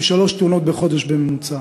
עם שלוש תאונות בחודש בממוצע,